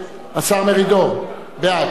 ההצעה להפוך את הצעת חוק התכנון והבנייה (תיקון,